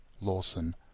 Lawson